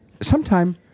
Sometime